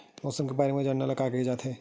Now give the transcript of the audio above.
मौसम के बारे म जानना ल का कहे जाथे?